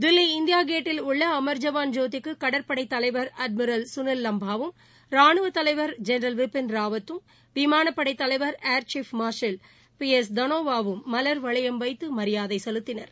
Delhi India கேட்டில் உள்ள அமாஜவாள் ஜோதிக்கு கடற்படை தலைவர் அட்மிரல் கனில் லம்பாவும் ரானுவ தலைவர் ஜெனரல் விபின் ராவத்தும் விமானப்படைத் தலைவர் air chief marshal B S தனோவாவும் மலர் வளையம் வைத்து மரியாதை செலுத்தினர்